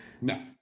No